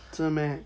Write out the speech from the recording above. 真的 meh